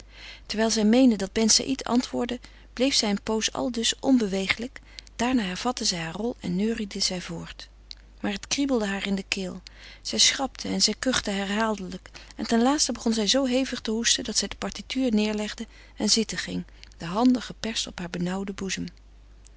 terwijl zij meende dat ben saïd antwoordde bleef zij een pooze aldus onbewegelijk daarna hervatte zij haar rol en neuriede zij voort maar het kriebelde haar in de keel zij schrapte zij kuchte herhaaldelijk en ten laatste begon zij zoo hevig te hoesten dat zij de partiture neêrlegde en zitten ging de handen geperst op heur benauwden boezem